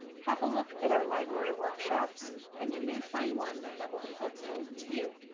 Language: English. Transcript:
have a look at our library workshops and you may find one that will be helpful to you.